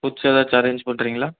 foods எதாச்சும் arrange பண்ணுறீங்களா